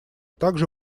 также